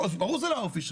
ברור שזה לא האופי שלך.